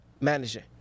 manager